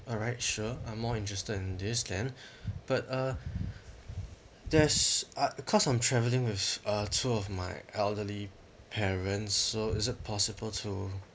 alright sure I'm more interested in this then but uh there's uh cause I'm travelling with uh two of my elderly parents so is it possible to